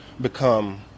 become –